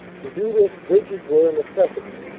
to do this bridges were a necessity.